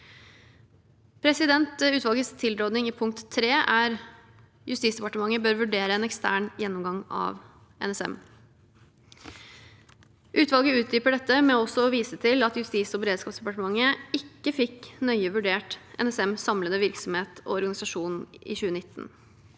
tilfelle. Utvalgets tilråding i punkt 3 er: «JD bør vurdere en ekstern gjennomgang av NSM». Utvalget utdyper dette med også å vise til at Justis- og beredskapsdepartementet ikke fikk nøye vurdert NSMs samlede virksomhet og organisasjon i 2019.